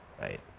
right